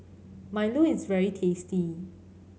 milo is very tasty